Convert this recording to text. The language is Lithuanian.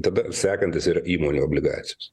tada sekantis ir įmonių obligacijos